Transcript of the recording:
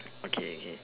okay okay